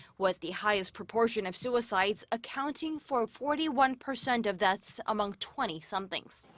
with the highest proportion of suicides accounting for forty one percent of deaths among twenty somethings.